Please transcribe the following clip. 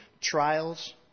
trials